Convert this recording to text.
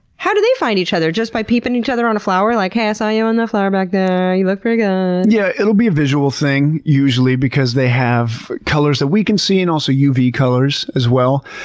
how do they find each other? just by peeping each other on a flower. like, hey, i saw you on the flower back there. you looked pretty good. yeah, it'll be a visual thing usually because they have colors that we can see and also uv colors as well.